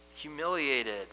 humiliated